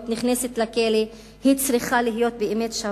נכנסת לכלא היא צריכה להיות באמת שווה,